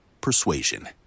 persuasion